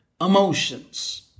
emotions